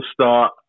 start